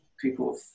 people